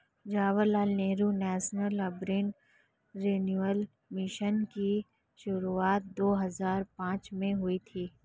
Jawaharlal Nehru national urban renewal mission की शुरुआत दो हज़ार पांच में हुई थी